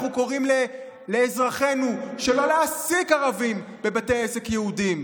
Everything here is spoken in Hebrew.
אנחנו קוראים לאזרחינו שלא להעסיק ערבים בבתי עסק יהודיים?